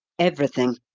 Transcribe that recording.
everything.